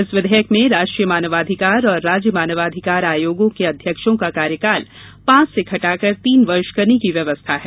इस विधेयक में राष्ट्रीय मानवाधिकार और राज्य मानवाधिकार आयोगों के अध्यक्षों का कार्यकाल पांच से घटाकर तीन वर्ष करने की व्यवस्था है